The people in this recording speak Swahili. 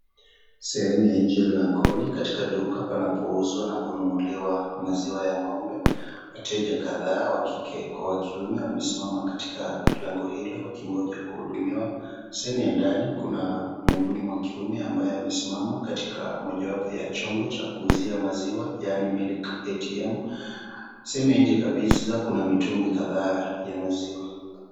Sehemu ya nje langoni katika duka panapouzwa na kununuliwa maziwa ya ng'ombe wateja kadhaa wa kiume wamesimama lango hilo wakingoja kuhudumiwa, sehemu ya ndani kuna mhudumu wa kiume ambaye amesimama katika mojawapo ya chombo cha kuuzia maziwa yaani Milk ATM sehemu ya nje kabisa kuna mitungi kadhaa ya maziwa.